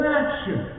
action